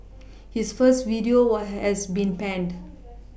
his first video has been panned